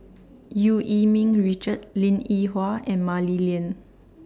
EU Yee Ming Richard Linn in Hua and Mah Li Lian